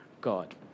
God